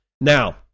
Now